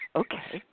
okay